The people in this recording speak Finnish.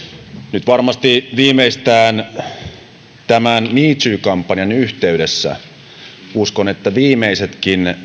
nyt varmasti viimeistään me too kampanjan yhteydessä viimeisetkin